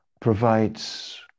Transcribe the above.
provides